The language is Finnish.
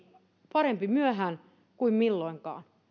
parempi myöhään kuin ei milloinkaan